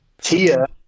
Tia